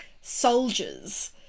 soldiers